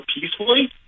peacefully